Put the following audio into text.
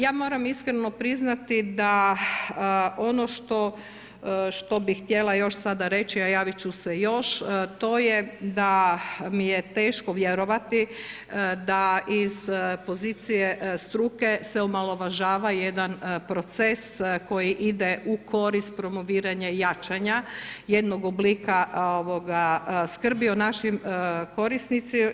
Ja moram priznati da ono što bi htjela sada reći, a javit ću se još, to je da mi je teško vjerovati da iz pozicije struke se omalovažava jedan proces koji ide u korist promoviranja jačanja jednog oblika skrbi o našim korisnicima.